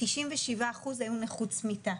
97% היו נכות צמיתה,